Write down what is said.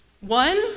One